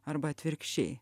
arba atvirkščiai